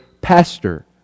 pastor